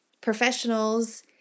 professionals